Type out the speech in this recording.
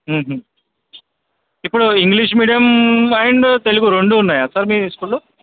ఇప్పుడు English medium and Telugu రెండూ ఉన్నాయా సార్ మీ స్కూల్లో